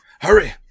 Hurry